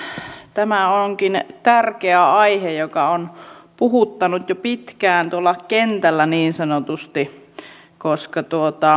tämä onkin tärkeä aihe joka on puhuttanut jo pitkään tuolla kentällä niin sanotusti koska